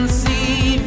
see